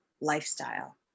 lifestyle